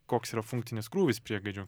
koks yra funkcinis krūvis priegaidžių